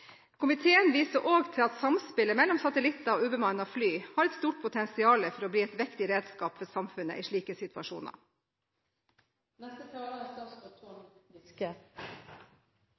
Komiteen viser også til at samspillet mellom satellitter og ubemannede fly har et stort potensial for å bli et viktig redskap for samfunnet i slike